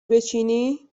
بچینی